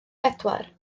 pedwar